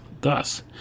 Thus